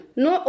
no